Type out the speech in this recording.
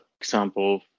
example